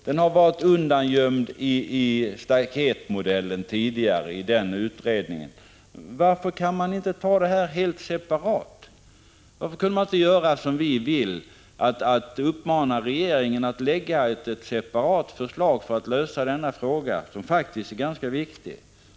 Den har tidigare varit undangömd i utredningen om staketmodellen. Varför kan inte saken behandlas helt separat? Varför kan man inte, som vi vill, uppmana regeringen att lägga fram ett separat förslag för lösning av frågan som faktiskt är ganska viktig?